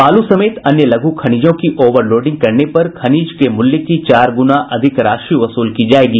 बालू समेत अन्य लघू खनिजों की ओवर लोडिंग करने पर खनिज के मूल्य की चार गुना अधिक राशि वसूल की जायेगी